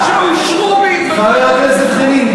חבר הכנסת חנין,